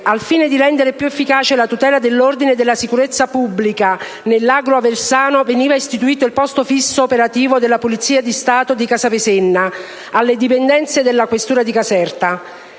«al fine di rendere più efficace la tutela dell'ordine e della sicurezza pubblica nell'agro aversano», veniva istituito il posto fisso operativo della Polizia di Stato di Casapesenna, alle dipendenze della questura di Caserta.